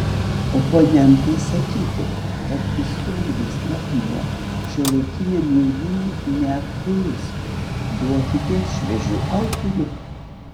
oponentai sakytų kad istorinis matmuo šiuolaikiniam jaunimui neaktualus duokite šviežių autorių